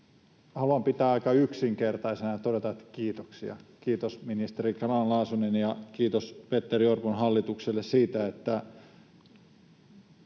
haluan pitää omani aika yksinkertaisena ja todeta, että kiitoksia. Kiitos ministeri Grahn-Laasonen ja kiitos Petteri Orpon hallitukselle siitä, että